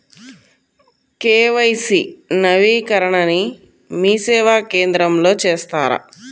KYC నవీకరణని మీసేవా కేంద్రం లో చేస్తారా?